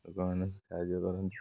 ଲୋକମାନେ ସାହାଯ୍ୟ କରନ୍ତି